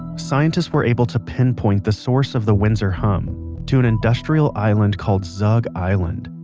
scientists were able to pinpoint the source of the windsor hum to an industrial island called zug island.